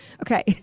Okay